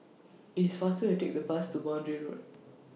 It's faster to Take The Bus to Boundary Road